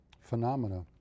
phenomena